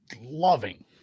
loving